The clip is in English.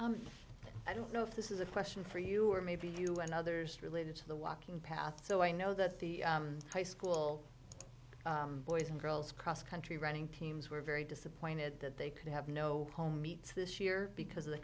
because i don't know if this is a question for you or maybe you and others related to the walking paths so i know that the high school boys and girls cross country running teams were very disappointed that they could have no home meets this year because of the